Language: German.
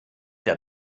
der